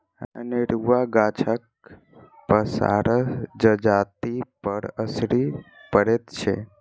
अनेरूआ गाछक पसारसँ जजातिपर असरि पड़ैत छै